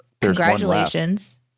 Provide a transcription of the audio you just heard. congratulations